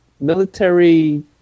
military